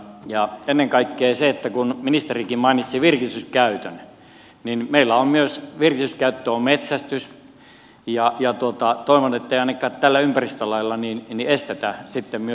ja ennen kaikkea kun ministerikin mainitsi virkistyskäytön meillä on myös virkistyskäyttö on metsästys ja toivon ettei ainakaan tällä ympäristölailla estetä sitten myös sitä virityskäyttöä